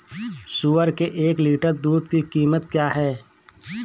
सुअर के एक लीटर दूध की कीमत क्या है?